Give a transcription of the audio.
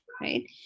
right